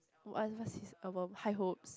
oo uh what's his album High Hopes